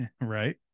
right